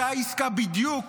אותה עסקה בדיוק